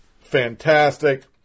fantastic